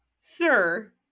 sir